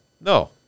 No